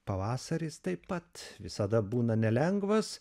pavasaris taip pat visada būna nelengvas